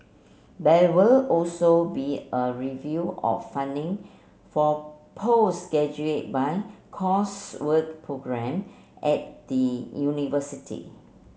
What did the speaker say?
there will also be a review of funding for postgraduate by coursework programme at the university